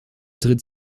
tritt